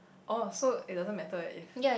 oh so it doesn't matter if